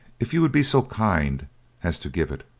if you would be so kind as to give it.